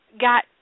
got